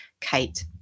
kate